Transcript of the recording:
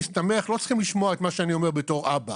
לא צריך לשמוע את מה שאני אומר בתור אבא,